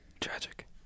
Tragic